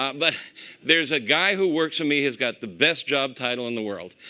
um but there's a guy who works for me who's got the best job title in the world.